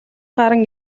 гаран